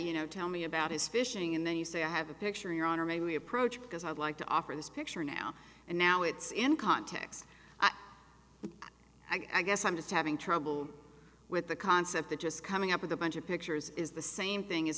you know tell me about his fishing and then you say i have a picture in your honor may we approach because i'd like to offer this picture now and now it's in context i guess i'm just having trouble with the concept that just coming up with a bunch of pictures is the same thing as